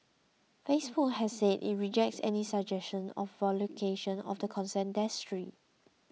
Facebook has said it rejects any suggestion of violation of the consent decree